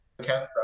cancer